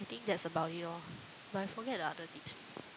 I think that's about it lor but I forget the other tips